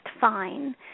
fine